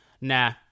Nah